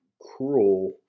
cruel